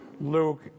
Luke